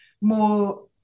more